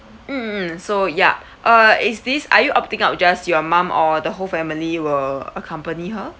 mm mm mm so ya uh is this are you opting out just your mum or the whole family will accompany her